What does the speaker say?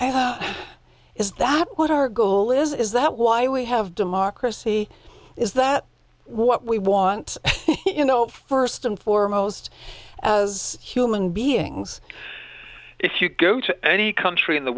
democracy is that what our goal is is that why we have democracy is that what we want you know first and foremost as human beings if you go to any country in the